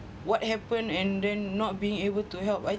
what happen and then not being able to help I